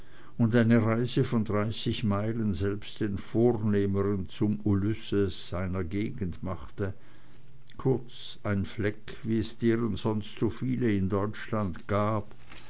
und eine reise von dreißig meilen selbst den vornehmeren zum ulysses seiner gegend machte kurz ein fleck wie es deren sonst so viele in deutschland gab